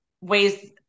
ways